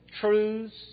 truths